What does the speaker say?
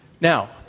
Now